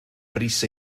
brys